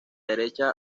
derecha